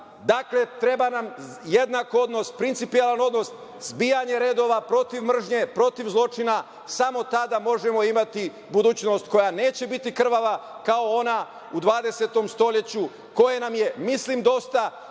treba nam jednak odnos, principijelan odnos, zbijanje redova protiv mržnje, protiv zločina. Samo tada možemo imati budućnost koja neće biti krvava kao ona u 20. stoleću, koje nam je mislim dosta